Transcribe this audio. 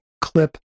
clip